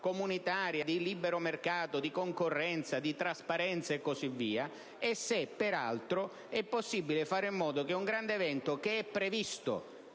(comunitaria, di libero mercato, di concorrenza e di trasparenza) o se, peraltro, è possibile fare in modo che un grande evento, previsto